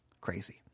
crazy